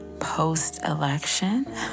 post-election